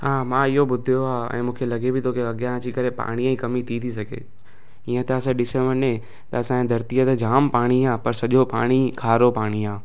हा मां इहो ॿुधियो आहे ऐं मूंखे लॻे बि थो अॻियां अची करे पाणीअ जी कमी थी थी सघे ईअं त असां ॾिसो वञे त असांजे धरतीअ ते जाम पाणी आहे पर सॼो पाणी खारो पाणी आहे